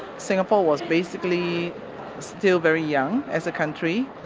singapore was basically still very young, as a country,